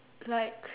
like